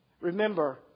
Remember